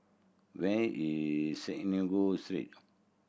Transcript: where is Synagogue Street